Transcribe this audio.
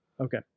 Okay